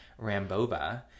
Rambova